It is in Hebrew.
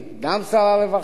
גם שר הרווחה,